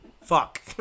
fuck